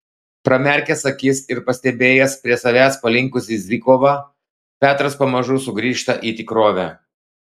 pramerkęs akis ir pastebėjęs prie savęs palinkusį zykovą petras pamažu sugrįžta į tikrovę